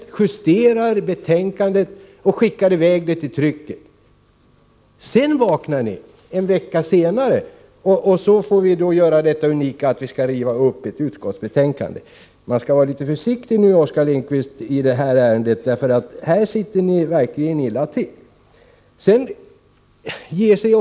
Ni justerade betänkandet och skickade iväg det för tryckning. Först en vecka senare vaknade ni. Då fick vi göra det unika att riva upp ett utskottsbetänkande. Ni skall, Oskar Lindkvist, vara litet försiktiga i detta ärende. Här sitter ni nämligen verkligen illa till.